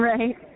Right